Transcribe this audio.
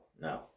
no